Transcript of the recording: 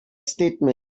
statement